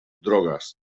drogas